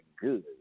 good